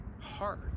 hard